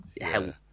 help